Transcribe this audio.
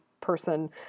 person